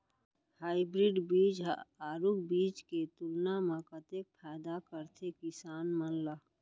Hybrid बीज हा आरूग बीज के तुलना मा कतेक फायदा कराथे किसान मन ला?